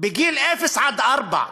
בגיל 0 4 פי-20,